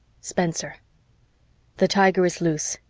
spenser the tiger is loose